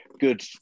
good